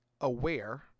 aware